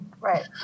Right